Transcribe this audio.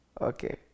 Okay